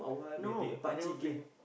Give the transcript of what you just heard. no I never play